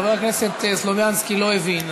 חבר הכנסת סלומינסקי לא הבין,